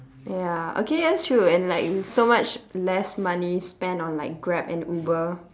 ya okay that's true and like so much less money spent on like grab and uber